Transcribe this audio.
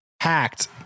hacked